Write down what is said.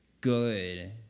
good